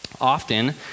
Often